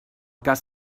cas